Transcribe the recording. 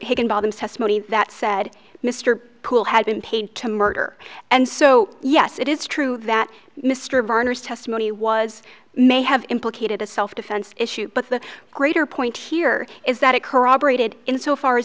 higginbotham's testimony that said mr poole had been paid to murder and so yes it is true that mr berners testimony was may have implicated a self defense issue but the greater point here is that it corroborated in so far as